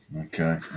Okay